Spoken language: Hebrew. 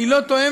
היא לא תואמת,